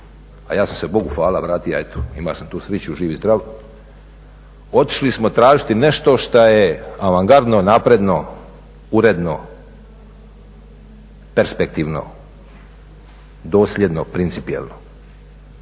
a ja sam se Bogu hvala vratio, eto imao sam tu sreću živ i zdrav, otišli smo tražiti nešto šta je avangardno, napredno, uredno, perspektivno, dosljedno, principijelno.